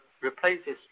replaces